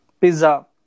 pizza